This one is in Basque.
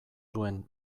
duen